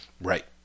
Right